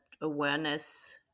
awareness